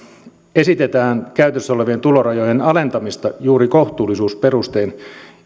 esitetään käytössä olevien tulorajojen alentamista juuri kohtuullisuusperustein